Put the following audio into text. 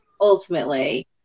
ultimately